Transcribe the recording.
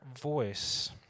voice